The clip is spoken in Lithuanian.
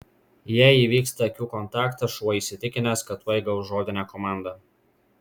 jei įvyksta akių kontaktas šuo įsitikinęs kad tuoj gaus žodinę komandą